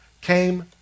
came